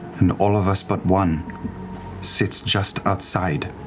and all of us but one sits just outside.